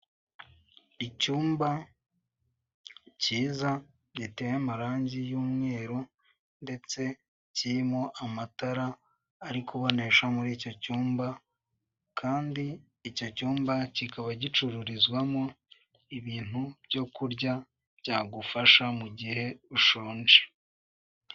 Intebe nziza cyane n'ameza yazo birengerena izi ntebe zikoze mu mbaho n'ameza akoze mu mbaho, wabikoresha mu buryo butandukanye nko kuzicazaho abashyitsi cyangwa se kuzikoresha murimo kurya.